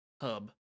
hub